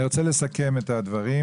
אני רוצה לסכם את הדברים.